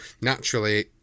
naturally